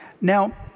Now